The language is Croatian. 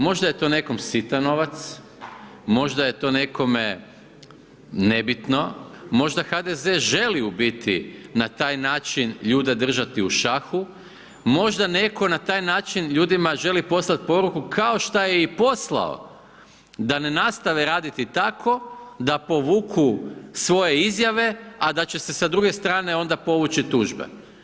Možda je to nekom sitan novac, možda je to nekome nebitno, možda HDZ želi u biti na taj način ljude držati u šahu, možda neko na taj način ljudima želi poslati poruku kao šta je i poslao, da ne nastave raditi tako, da povuku svoje izjave a da će se sa druge strane onda povući tužbe.